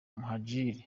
muhadjili